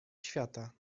świata